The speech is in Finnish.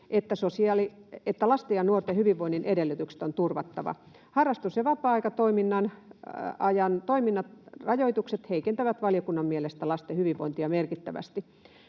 että lasten ja nuorten hyvinvoinnin edellytykset on turvattava. Harrastus- ja vapaa-ajantoiminnan rajoitukset heikentävät valiokunnan mielestä lasten hyvinvointia merkittävästi.